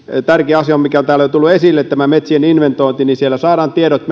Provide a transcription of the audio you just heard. tärkeä asia mikä on täällä jo tullut esille on tämä metsien inventointi johon saadaan tiedot